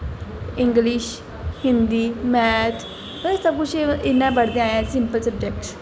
English Hindi math एह् सब किश इ'यां पढ़दे आए आं सिंपल सबजैक्ट